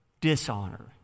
dishonor